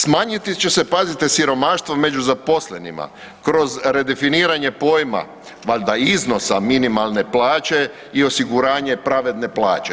Smanjiti će se pazite siromaštvo među zaposlenima kroz redefiniranje pojma, valjda iznosa minimalne plaće i osiguranje pravedne plaće.